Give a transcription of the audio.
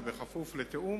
זה כפוף לתיאום,